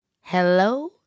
Hello